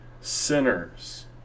sinners